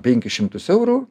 penkis šimtus eurų